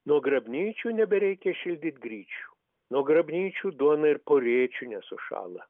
nuo grabnyčių nebereikia šildyt gryčių nuo grabnyčių duona ir po rėčiu nesušąla